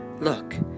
Look